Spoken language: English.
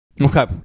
Okay